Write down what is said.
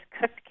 cooked